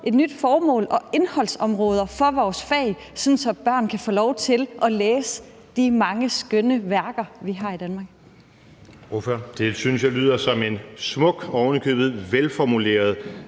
et nyt formål og indholdsområder for vores fag, sådan at børn kan få lov til at læse de mange skønne værker, vi har i Danmark. Kl. 20:08 Anden næstformand